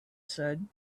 said